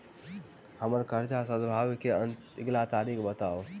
हम्मर कर्जा सधाबई केँ अगिला तारीख बताऊ?